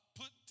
put